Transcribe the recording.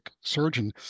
surgeon